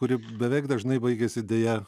kuri beveik dažnai baigiasi deja